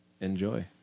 Enjoy